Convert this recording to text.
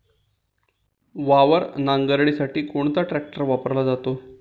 वावर नांगरणीसाठी कोणता ट्रॅक्टर वापरला जातो?